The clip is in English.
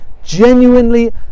genuinely